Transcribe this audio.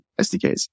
sdks